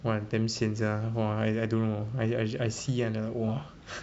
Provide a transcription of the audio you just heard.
!wah! damn sian sia !wah! I I don't know I I I see and the !wah!